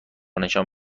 نشان